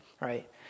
right